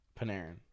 Panarin